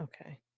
Okay